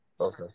okay